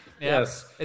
Yes